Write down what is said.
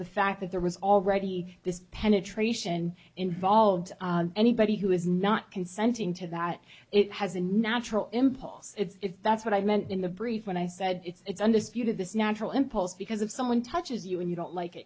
the fact that there was already this penetration involved anybody who is not consenting to that it has a natural impulse if that's what i meant in the brief when i said it's undisputed this natural impulse because if someone touches you and you don't like